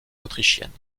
autrichienne